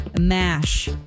MASH